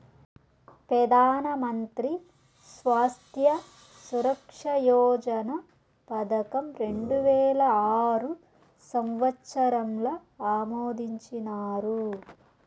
పెదానమంత్రి స్వాస్త్య సురక్ష యోజన పదకం రెండువేల ఆరు సంవత్సరంల ఆమోదించినారు